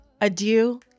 Adieu